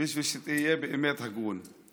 בשביל שתהיה באמת הגון.